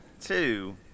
two